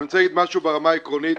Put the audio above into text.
אני רוצה לומר משהו ברמה העקרונית.